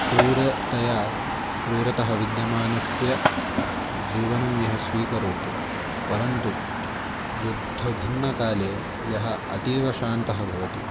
क्रूरतया प्रूरतः विद्यमानस्य जीवनं यः स्वीकरोति परन्तु युद्धभिन्नकाले यः अतीव शान्तः भवति